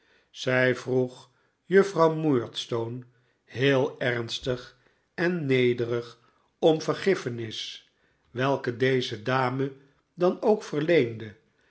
zij vroeg juffrouw murdstone heel ernstig en nederig om vergiffenis welke deze dame dan ook verleende